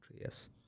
Yes